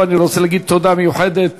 אני רוצה להגיד תודה מיוחדת